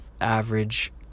average